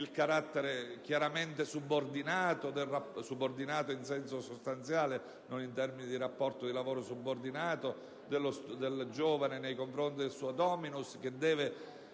il carattere chiaramente subordinato - in senso sostanziale, non in termini di rapporto di lavoro subordinato - del giovane nei confronti del suo *dominus*, che deve